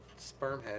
Spermhead